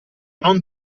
non